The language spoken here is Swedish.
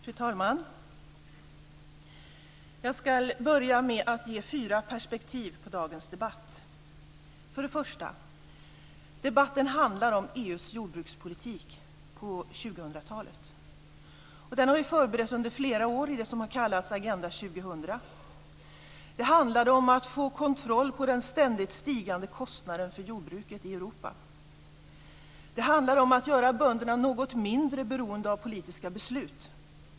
Fru talman! Jag skall börja med att ge fyra perspektiv på dagens debatt. Det första perspektivet: Debatten handlar om EU:s jordbrukspolitik på 2000-talet, och den har ju förberetts under flera år i det som har kallats Agenda 2000. Det handlar om att få kontroll på den ständigt stigande kostnaden för jordbruket i Europa. Det handlar om att göra bönderna något mindre beroende av politiska beslut.